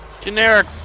Generic